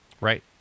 right